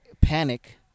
panic